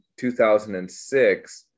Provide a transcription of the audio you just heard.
2006